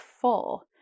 full